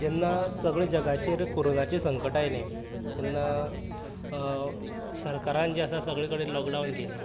जेन्ना सगळें जगाचेर कोरोनाचे संकश्ट आयलें तेन्ना सरकारान जे आसा सगळे कडेन लॉकडावन केलें